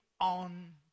on